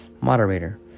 moderator